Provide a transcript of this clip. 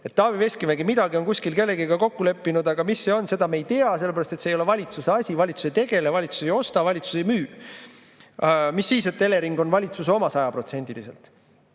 Taavi Veskimägi on midagi kuskil kellegagi kokku leppinud, aga mis see on, seda me ei tea, sellepärast et see ei ole valitsuse asi, valitsus ei tegele, valitsus ei osta, valitsus ei müü. Mis siis, et Elering on sajaprotsendiliselt